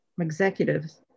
executives